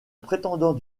prétendant